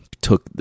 took